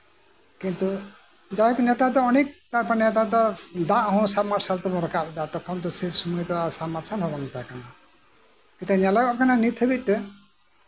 ᱠᱤᱱᱛᱩ ᱡᱟᱭᱦᱳᱠ ᱱᱮᱛᱟᱨ ᱫᱚ ᱢᱟᱱᱮ ᱚᱱᱮᱠᱴᱟ ᱫᱟᱜ ᱦᱚᱸ ᱥᱟᱵ ᱢᱟᱨᱥᱟᱞ ᱛᱮᱵᱚᱱ ᱨᱟᱠᱟᱵ ᱮᱫᱟ ᱥᱮᱭ ᱥᱚᱢᱚᱭ ᱫᱚ ᱥᱟᱵ ᱢᱟᱨᱥᱟᱞ ᱦᱚᱸ ᱵᱟᱝ ᱛᱟᱸᱦᱮ ᱠᱟᱱᱟ ᱧᱮᱞᱚᱜᱚᱜ ᱠᱟᱱᱟ ᱱᱤᱛ ᱦᱟᱹᱵᱤᱡᱛᱮ